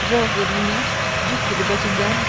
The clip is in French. georges villiers duc de buckingham